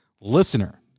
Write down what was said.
listener